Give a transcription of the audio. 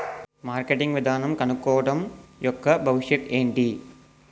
Marketing విధానం కనుక్కోవడం యెక్క భవిష్యత్ ఏంటి?